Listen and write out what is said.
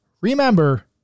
remember